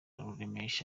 ruremesha